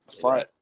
fight